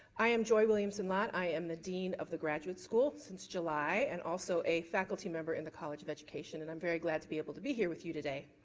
i am joy williamson-lott. i am the dean of the graduate school since july and also a faculty member in the college of education and i am very glad to be able to be here with you today.